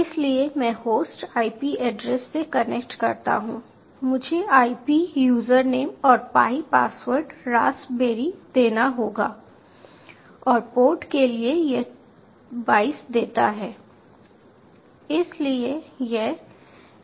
इसलिए मैं host IP address से कनेक्ट करता हूं मुझे IP यूजरनेम और पाई पासवर्ड रास्पबेरी देना होगा और पोर्ट के लिए यह 22 देता है